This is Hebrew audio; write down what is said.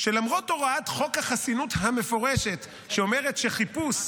שלמרות הוראת חוק החסינות המפורשת, שאומרת שחיפוש,